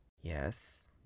Yes